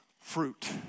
fruit